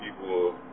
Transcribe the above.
people